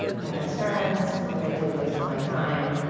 my best friends, what i do with most of my time,